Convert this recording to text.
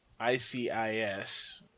ICIS